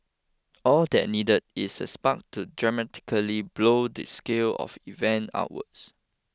all that needed is a spark to dramatically blow the scale of events outwards